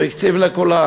הוא הקציב לכולם,